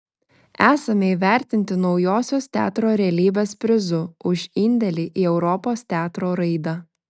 esame įvertinti naujosios teatro realybės prizu už indėlį į europos teatro raidą